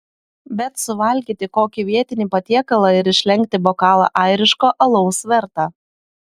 bet suvalgyti kokį vietinį patiekalą ir išlenkti bokalą airiško alaus verta